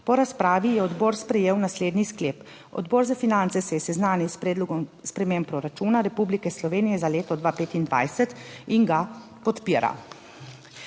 Po razpravi je odbor sprejel naslednji sklep: Odbor za finance se je seznanil s Predlogom sprememb proračuna Republike Slovenije za leto 2025 in ga podpira.